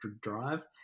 drive